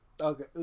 Okay